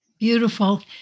Beautiful